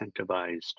incentivized